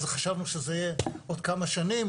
אז חשבנו שזה יהיה עוד כמה שנים,